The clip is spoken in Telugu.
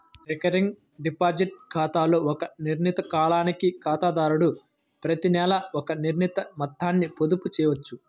రికరింగ్ డిపాజిట్ ఖాతాలో ఒక నిర్ణీత కాలానికి ఖాతాదారుడు ప్రతినెలా ఒక నిర్ణీత మొత్తాన్ని పొదుపు చేయవచ్చు